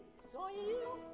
so